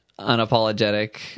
unapologetic